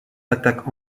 attaquent